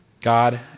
God